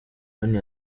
wayne